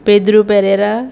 Pedro Pereira